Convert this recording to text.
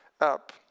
up